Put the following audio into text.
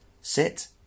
Sit